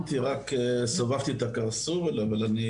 יש לי